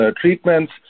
treatments